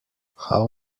how